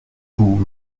vous